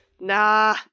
Nah